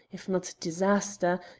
if not disaster,